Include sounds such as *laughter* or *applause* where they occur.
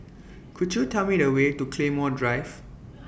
*noise* Could YOU Tell Me The Way to Claymore Drive